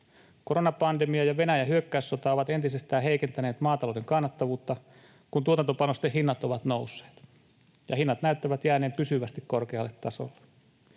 Koronapandemia ja Venäjän hyökkäyssota ovat entisestään heikentäneet maatalouden kannattavuutta, kun tuotantopanosten hinnat ovat nousseet, ja hinnat näyttävät jääneen pysyvästi korkealle tasolle.